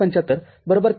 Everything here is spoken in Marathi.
७५ ३